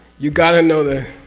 you got to know the.